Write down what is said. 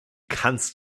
kannst